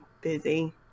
busy